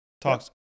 talks